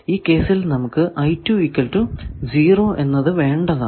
ഈ കേസിൽ നമുക്ക് എന്നത് വേണ്ടതാണ്